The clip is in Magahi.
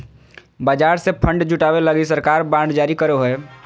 बाजार से फण्ड जुटावे लगी सरकार बांड जारी करो हय